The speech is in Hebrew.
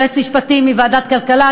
יועץ משפטי מוועדת כלכלה.